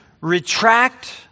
retract